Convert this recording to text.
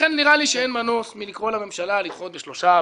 לכן נראה לי שאין מנוס מלקרוא לממשלה לדחות בשלושה,